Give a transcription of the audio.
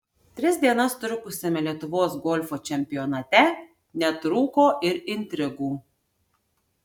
tris dienas trukusiame lietuvos golfo čempionate netrūko ir intrigų